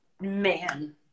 man